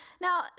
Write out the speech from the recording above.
Now